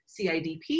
CIDP